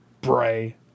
Bray